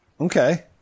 Okay